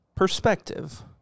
perspective